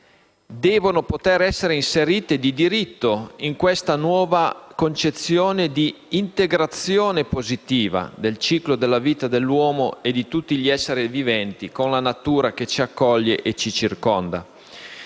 quindi poter essere inserite di diritto in questa nuova concezione di integrazione positiva del ciclo della vita dell'uomo e di tutti gli esseri viventi con la natura che ci accoglie e ci circonda.